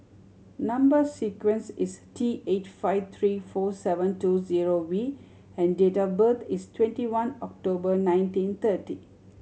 number sequence is T eight five three four seven two zero V and date of birth is twenty one October nineteen thirty